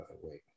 wait